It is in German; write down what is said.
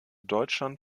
deutschland